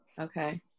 Okay